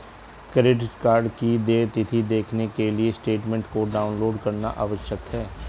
credit card की देय तिथी देखने के लिए स्टेटमेंट को डाउनलोड करना आवश्यक है